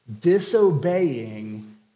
disobeying